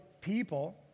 people—